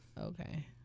Okay